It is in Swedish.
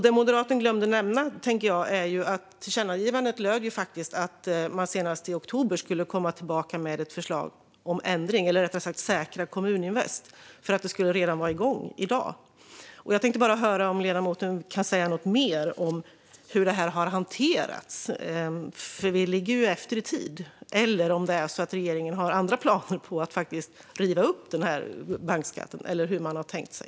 Det moderaten glömde att nämna var att tillkännagivandet faktiskt lydde att man senast i oktober skulle komma tillbaka med ett förslag om ändring eller rättare sagt säkra Kommuninvest. Då skulle detta redan ha varit igång i dag. Jag tänkte bara höra om ledamoten kan säga något mer om hur detta har hanterats. Ni ligger ju efter i tid. Har regeringen planer på att riva upp bankskatten, eller vad har man tänkt sig?